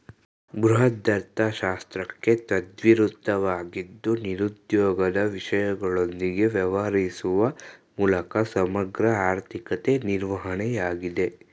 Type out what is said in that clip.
ಬೃಹದರ್ಥಶಾಸ್ತ್ರಕ್ಕೆ ತದ್ವಿರುದ್ಧವಾಗಿದ್ದು ನಿರುದ್ಯೋಗದ ವಿಷಯಗಳೊಂದಿಗೆ ವ್ಯವಹರಿಸುವ ಮೂಲಕ ಸಮಗ್ರ ಆರ್ಥಿಕತೆ ನಿರ್ವಹಣೆಯಾಗಿದೆ